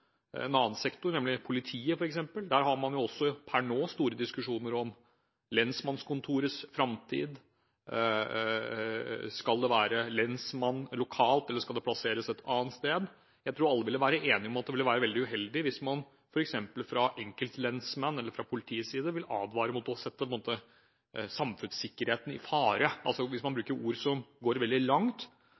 en annen sektor – eksempelvis politiet. Der har man jo også store diskusjoner – akkurat nå om lensmannskontorets framtid. Skal det være lensmann lokalt, eller skal kontoret plasseres et annet sted? Jeg tror alle kan være enige om at det ville være veldig uheldig hvis man f.eks. fra enkeltlensmenns eller fra politiets side advarer mot å sette samfunnssikkerheten i fare – altså hvis man bruker ord som går veldig langt